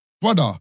Brother